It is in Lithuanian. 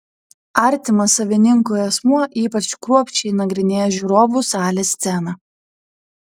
artimas savininkui asmuo ypač kruopščiai nagrinėja žiūrovų salės sceną